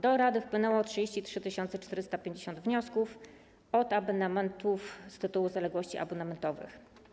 Do rady wpłynęło 33 450 wniosków od abonentów z tytułu zaległości abonamentowych.